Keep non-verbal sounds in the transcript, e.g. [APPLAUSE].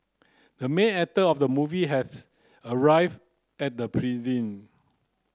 the main actor of the movie [UNINTELLIGIBLE] arrived at the [UNINTELLIGIBLE]